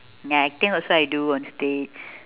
ya acting also I do on stage